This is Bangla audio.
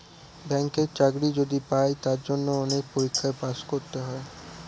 ব্যাঙ্কের চাকরি যদি পাই তার জন্য অনেক পরীক্ষায় পাস করতে হয়